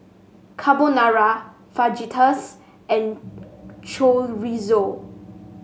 Carbonara Fajitas and Chorizo